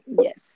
yes